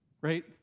right